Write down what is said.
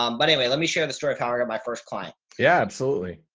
um but anyway, let me share the story of how i got my first client. yeah, absolutely.